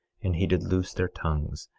and he did loose their tongues,